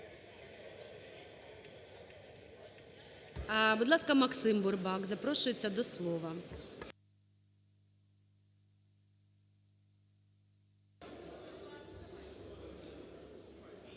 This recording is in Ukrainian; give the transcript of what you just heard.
Будь ласка, Максим Бурбак запрошується до слова.